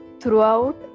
throughout